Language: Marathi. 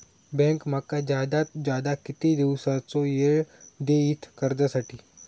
बँक माका जादात जादा किती दिवसाचो येळ देयीत कर्जासाठी?